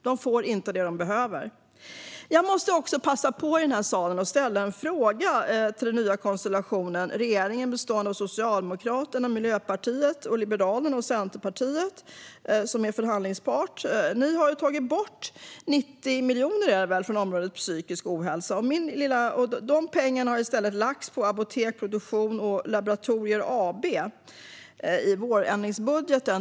De får inte det de behöver. Jag måste också passa på att i den här salen ställa en fråga till den nya konstellationen regeringen, bestående av Socialdemokraterna och Miljöpartiet, och förhandlingsparten Liberalerna och Centerpartiet. Ni har ju tagit bort 90 miljoner, är det väl, från området psykisk ohälsa. De pengarna har i stället lagts på Apotek Produktion & Laboratorier AB i vårändringsbudgeten.